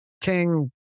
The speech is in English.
King